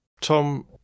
Tom